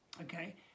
Okay